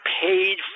paid